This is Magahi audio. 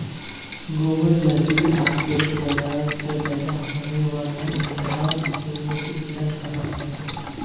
गोबर लकड़ी आर पेड़ पौधा स पैदा हने वाला ईंधनक जैव ईंधन कहाल जाछेक